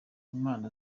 impano